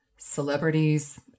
celebrities